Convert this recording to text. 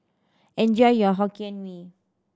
enjoy your Hokkien Mee